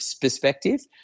perspective –